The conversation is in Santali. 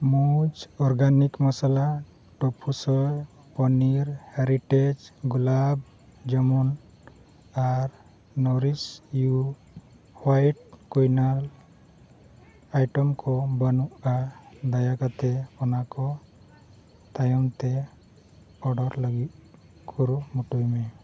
ᱢᱚᱡᱽ ᱚᱨᱜᱟᱱᱤᱠ ᱢᱚᱥᱞᱟ ᱴᱳᱯᱷᱩ ᱥᱚᱭᱟᱵᱤ ᱯᱚᱱᱤᱨ ᱦᱮᱨᱤᱴᱮᱡᱽ ᱜᱳᱞᱟᱯ ᱡᱟᱢᱩᱱ ᱟᱨ Nourish You white quinoa item ᱠᱚ ᱵᱟᱹᱱᱩᱜᱼᱟ ᱫᱟᱭᱟ ᱠᱟᱛᱮᱫ ᱚᱱᱟ ᱠᱚ ᱛᱟᱭᱚᱢ ᱛᱮ ᱚᱰᱟᱨ ᱞᱟᱹᱜᱤᱫ ᱠᱩᱨᱩᱢᱩᱴᱩᱭ ᱢᱮ